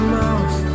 mouth